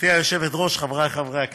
גברתי היושבת-ראש, חברי חברי הכנסת,